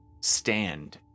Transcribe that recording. stand